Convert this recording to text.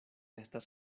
estas